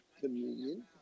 communion